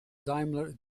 daimler